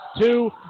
Two